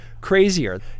crazier